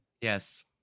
Yes